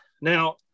Now